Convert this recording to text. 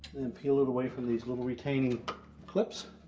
and peel it away from these little retaining clips,